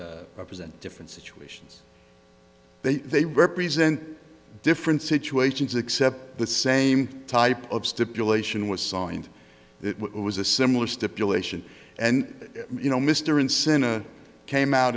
the present different situations that they represent different situations except the same type of stipulation was signed it was a similar stipulation and you know mr incentive came out